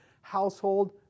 household